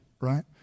right